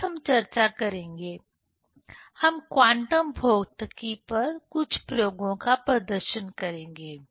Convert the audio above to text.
आगे हम चर्चा करेंगे हम क्वांटम भौतिकी पर कुछ प्रयोगों का प्रदर्शन करेंगे